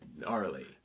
gnarly